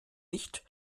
nicht